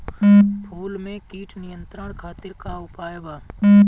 फूल में कीट नियंत्रण खातिर का उपाय बा?